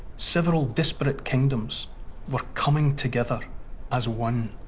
several disparate kingdoms were coming together as one.